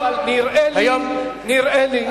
אבל נראה לי,